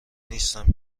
نیستم